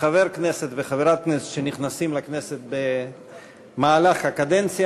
לחבר כנסת וחברת כנסת שנכנסים לכנסת במהלך הקדנציה